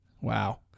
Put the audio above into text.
Wow